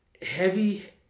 Heavy